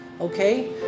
Okay